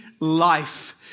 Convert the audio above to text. Life